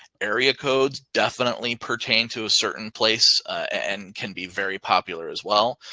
area codes definitely pertain to a certain place and can be very popular as well.